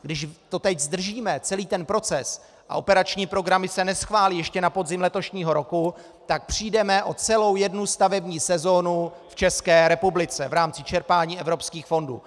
Když to teď zdržíme, celý ten proces, a operační programy se neschválí ještě na podzim letošního roku, tak přijdeme o celou jednu stavební sezonu v České republice v rámci čerpání evropských fondů.